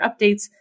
updates